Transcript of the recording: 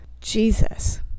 Jesus